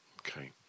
Okay